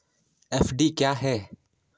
FD क्या है?